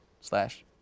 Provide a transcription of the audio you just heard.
slash